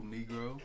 Negro